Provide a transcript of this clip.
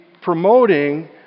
promoting